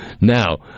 Now